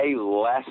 less